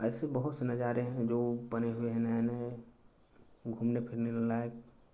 ऐसी बहुत से नज़ारे हैं जो बने हुए हैं नए नए घूमने फिरने लायक